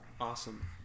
Awesome